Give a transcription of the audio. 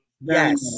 Yes